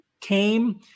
came